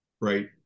right